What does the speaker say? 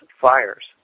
fires